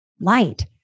light